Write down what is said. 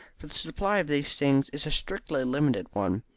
for the supply of these things is a strictly limited one.